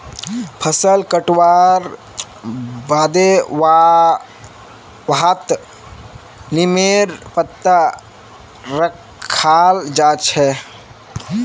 फसल कटवार बादे वहात् नीमेर पत्ता रखाल् जा छे